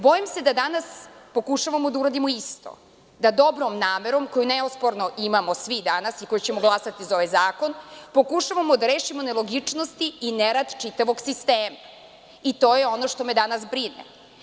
Bojim se da danas pokušavamo da uradimo isto, da dobrom namerom, koju neosporno imamo svi danas i koji ćemo glasati za ovaj zakon, pokušavamo da rešimo nelogičnosti i nerad čitavog sistema i to je ono što me danas brine.